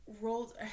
rolled